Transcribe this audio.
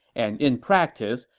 and in practice,